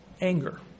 anger